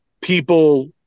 people